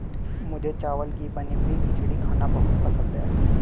मुझे चावल की बनी हुई खिचड़ी खाना बहुत पसंद है